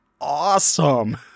awesome